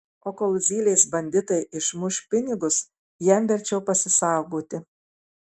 o kol zylės banditai išmuš pinigus jam verčiau pasisaugoti